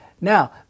Now